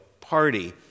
party